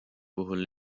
puhul